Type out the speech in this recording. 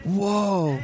Whoa